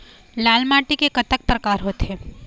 लाल माटी के कतक परकार होथे?